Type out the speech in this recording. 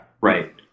Right